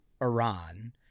Iran—